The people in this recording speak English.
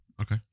okay